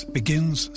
begins